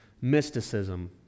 Mysticism